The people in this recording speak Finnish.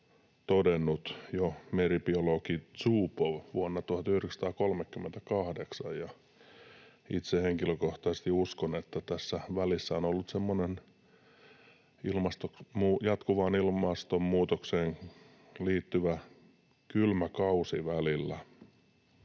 todennut jo meribiologi Zubov vuonna 1938. Itse henkilökohtaisesti uskon, että tässä on ollut semmoinen jatkuvaan ilmastonmuutokseen liittyvä kylmä kausi välillä.